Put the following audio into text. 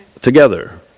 together